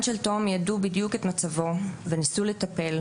ועדות אפיון בחינוך המיוחד והמשלב.